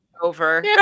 over